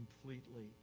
completely